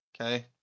Okay